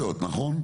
נכון?